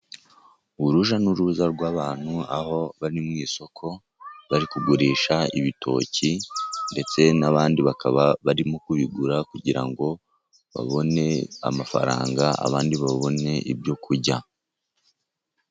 Urujya n'uruza rw'abantu aho bari mu isoko. Bari kugurisha ibitoki, ndetse n'abandi bakaba barimo kubigura kugira ngo babone amafaranga, abandi babone ibyo kurya.